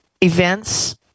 events